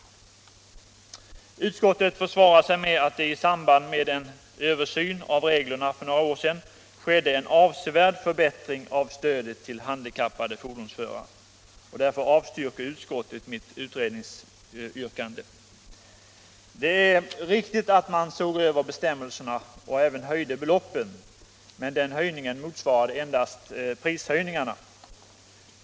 Utskottet försvarar sig med att det — i samband med en översyn av reglerna för några år sedan — skedde en avsevärd förbättring av stödet till handikappade fordonsförare. Därför avstyrker utskottet mitt utredningsyrkande. Det är riktigt att man såg över bestämmelserna och även höjde beloppet, men den höjningen motsvarade endast prisstegringarna.